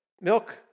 milk